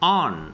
on